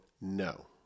No